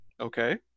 Okay